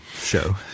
show